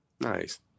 Nice